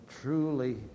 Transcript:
truly